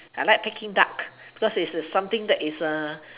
I like peking duck because is something that is uh